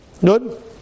Good